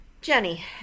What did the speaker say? Jenny